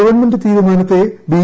government തീരുമാനത്തെ B